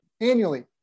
annually